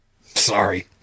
Sorry